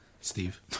Steve